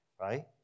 right